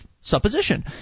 supposition